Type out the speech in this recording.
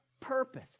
purpose